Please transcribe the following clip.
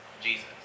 Jesus